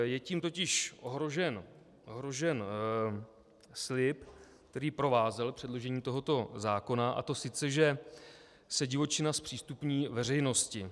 Je tím totiž ohrožen slib, který provázel předložení tohoto zákona, a to že se divočina zpřístupní veřejnosti.